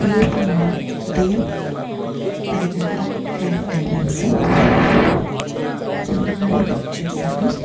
రేపు మా ఉదయం పది గంటలకు ఫ్లైట్ టైమింగ్స్ ముందుగానే బుక్ చేశాను